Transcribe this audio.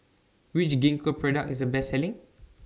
Which Gingko Product IS The Best Selling